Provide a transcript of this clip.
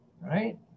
Right